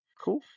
Cool